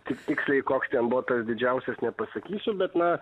tik tiksliai koks ten buvo tas didžiausias nepasakysiu bet na